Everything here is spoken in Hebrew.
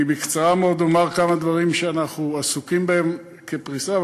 אומר בקצרה מאוד כמה דברים שאנחנו עסוקים בהם כפריסה,